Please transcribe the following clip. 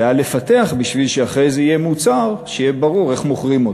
זה היה לפתח בשביל שאחרי זה יהיה מוצר שיהיה ברור איך מוכרים אותו.